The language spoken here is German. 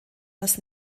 das